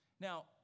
Now